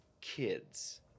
kids